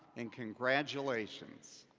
and congratulations!